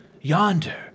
yonder